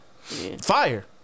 Fire